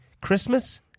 Christmas